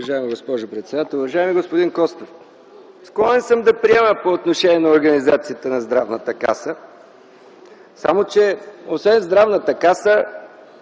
уважаема госпожо председател. Уважаеми господин Костов, склонен съм да приема по отношение на организацията на Здравната каса, само че освен Здравната каса,